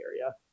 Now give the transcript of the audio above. area